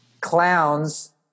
Clowns